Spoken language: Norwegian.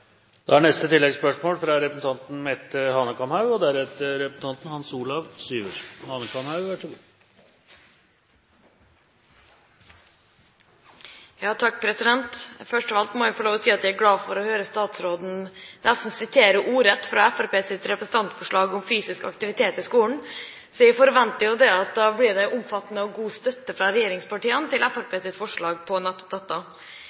Mette Hanekamhaug – til oppfølgingsspørsmål. Først av alt må jeg få lov å si at jeg er glad for å høre statsråden sitere nesten ordrett fra Fremskrittspartiets representantforslag om fysisk aktivitet i skolen. Jeg forventer at da blir det omfattende og god støtte fra regjeringspartiene til